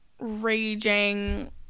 raging